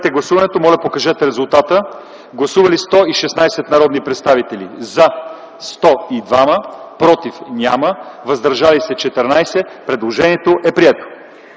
Гласували 116 народни представители: за 102, против няма, въздържали се 14. Предложението е прието.